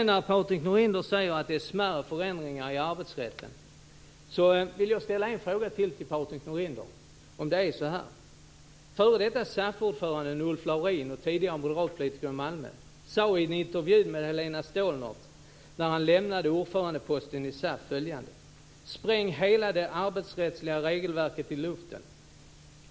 När sedan Patrik Norinder säger att detta är smärre förändringar i arbetsrätten vill jag ställa ytterligare en fråga till Patrik Norinder. Förre SAF-ordföranden Ulf Laurin, tidigare moderatpolitiker i Malmö, sade i en intervju med Helena följande: Spräng hela det arbetsrättsliga regelverket i luften.